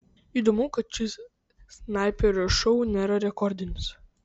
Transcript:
įdomu kad šis snaiperio šou nėra rekordinis